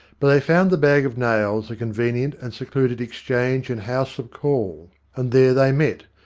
but they found the bag of nails a convenient and secluded exchange and house of call and there they met,